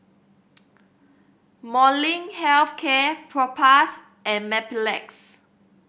Molnylcke Health Care Propass and Mepilex